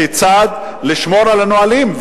כיצד לשמור על הנהלים,